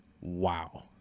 wow